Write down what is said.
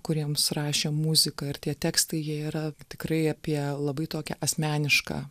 kuriems rašė muziką ir tie tekstai jie yra tikrai apie labai tokią asmenišką